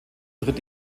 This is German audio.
tritt